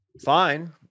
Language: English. fine